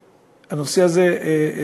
שמתי את הנושא הזה בסדר-היום,